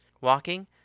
Walking